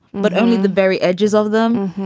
but only the very edges of them.